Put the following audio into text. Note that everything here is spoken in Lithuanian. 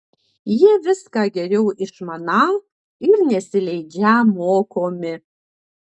jie viską geriau išmaną ir nesileidžią mokomi